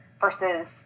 versus